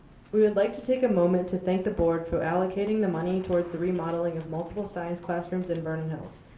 we would like to take a moment to thank the board for allocating the money towards the remodeling of multiple science classrooms in vernon hills.